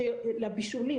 שיבשל.